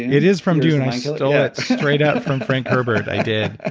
it is from dune. i stole it straight up from frank herbert, i did,